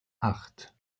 acht